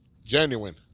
Genuine